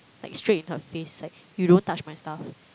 like straight in her face like you don't touch my stuff